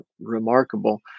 remarkable